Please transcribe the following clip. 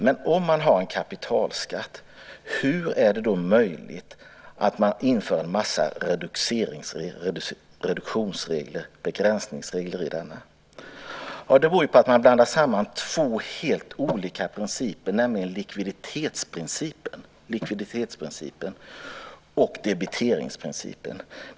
Men om man har en kapitalskatt, hur är det då möjligt att införa en massa reduktionsregler, begränsningsregler, i denna? Jo, det beror på att man blandar samman två helt olika principer, nämligen likviditetsprincipen och debiteringsprincipen.